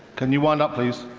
can you wind up, please.